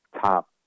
top